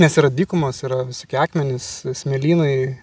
nes yra dykumos yra visokie akmenys smėlynai